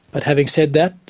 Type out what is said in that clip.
but having said that,